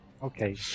Okay